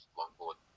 longboard